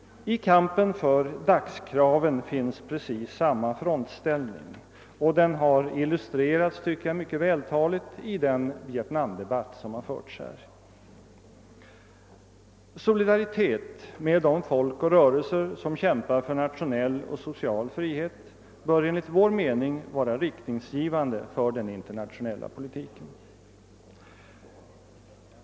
I kampen för dagskraven finns precis samma frontställning, och den har mycket vältaligt, tycker jag, illustrerats av den Vietnamdebatt som har förts här. Solidaritet med de folk och rörelser som kämpar för nationell och social frihet bör enligt vår mening vara riktningsgivande för den internationella politiken.